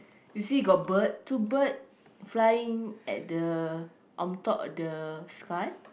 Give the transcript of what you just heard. you see got bird two bird flying at the on top of the sky